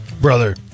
Brother